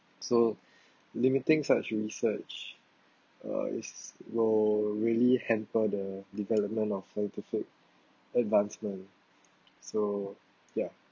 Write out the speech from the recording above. so limiting such research uh is will really hamper the development of scientific advancement so ya